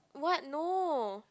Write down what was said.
what no